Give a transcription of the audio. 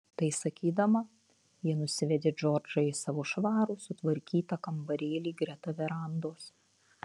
tai sakydama ji nusivedė džordžą į savo švarų sutvarkytą kambarėlį greta verandos